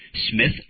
Smith